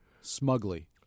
smugly